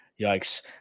Yikes